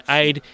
aid